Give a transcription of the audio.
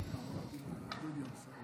פטנט: כשלא מסתדר להם משהו,